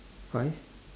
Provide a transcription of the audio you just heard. five